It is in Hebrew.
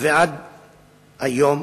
ועד היום